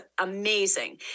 amazing